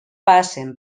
passen